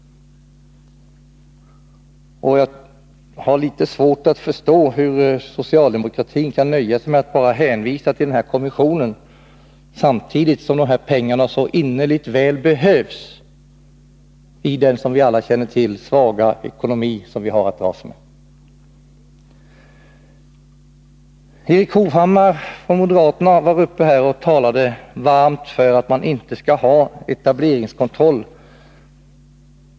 Jag har litet svårt att förstå hur socialdemokratin kan nöja sig med att hänvisa till kommissionen, samtidigt som pengarna så innerligt väl behövs i den, som vi alla känner till, svaga ekonomi vi har att dras med. Erik Hovhammar talade varmt för att man inte skall ha etableringskontroll.